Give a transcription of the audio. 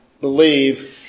believe